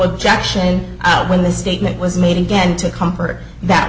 objection when the statement was made again to comfort that